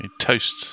toast